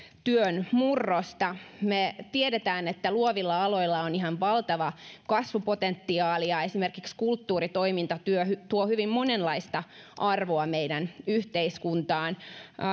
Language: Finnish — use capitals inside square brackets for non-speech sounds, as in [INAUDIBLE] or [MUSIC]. työn murrosta me tiedämme että luovilla aloilla on ihan valtava kasvupotentiaali ja esimerkiksi kulttuuritoiminta tuo hyvin monenlaista arvoa meidän yhteiskuntaamme [UNINTELLIGIBLE] [UNINTELLIGIBLE]